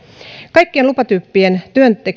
kaikkien lupatyyppien